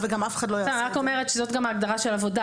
זו גם ההגדרה של עבודה.